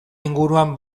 inguruan